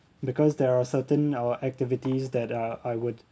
because there are certain uh activities that uh I would